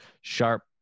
sharp